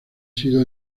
sido